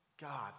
God